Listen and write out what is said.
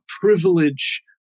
privilege